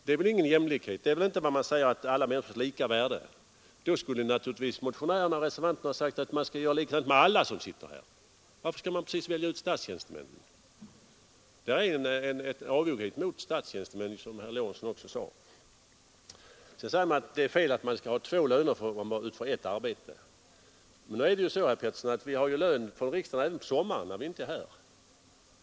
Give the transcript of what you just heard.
Det är väl ingen jämlikhet, och det är väl inte vad man menar med alla människors lika värde! I stället skulle motionärerna och reservanterna naturligtvis sagt att vi skall göra likadant med alla som sitter här. Varför skall man precis välja ut statstjänstemännen? Där finns det en avoghet mot statstjänstemännen, som herr Lorentzon också sade. Man säger att det är fel att någon får två löner, när han bara utför ett arbete. Men vi har ju lön här i riksdagen även på sommaren, när vi inte är här.